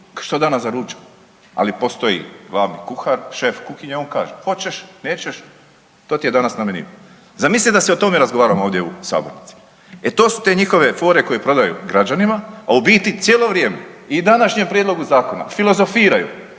je danas za ručak. Ali postoji 2 kuhar, šef kuhinje, on kaže, hoćeš, nećeš, to ti je danas na meniju. Zamisli da se o tome razgovaramo ovdje u sabornici. E to su te njihove fore koje prodaju građanima, a u biti cijelo vrijeme i u današnjem prijedlogu zakona filozofiraju